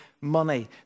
money